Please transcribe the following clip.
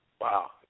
wow